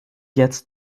jetzt